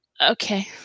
Okay